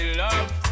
love